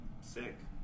sick